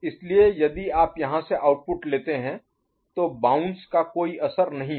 इसलिए यदि आप अब यहां से आउटपुट लेते हैं तो बाउंस का कोई असर नहीं होगा